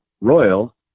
Royal